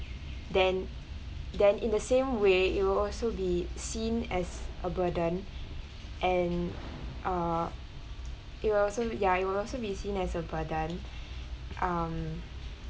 then then in the same way it will also be seen as a burden and uh it will also ya it would also be seen as a burden um